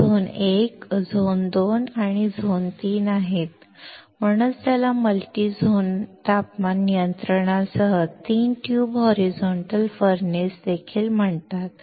ते zone 1 zone 2 आणि zone 3 आहेत आणि म्हणूनच याला मल्टी झोन तापमान नियंत्रणासह तीन ट्यूब होरिझोंट्ल फर्नेस म्हणतात